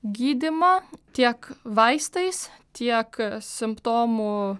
gydymą tiek vaistais tiek simptomų